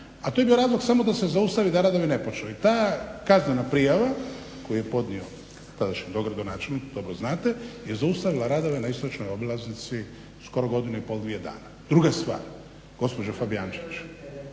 a to je bio razlog samo da se zaustavi da radovi ne počnu. I ta kaznena prijava koju je podnio tadašnji dogradonačelnik dobro znate je zaustavila radove na istočnoj obilaznici skoro godinu i pol, dvije dana. Druga stvar gospođo Fabijančić,